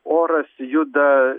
oras juda